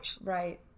Right